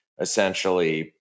essentially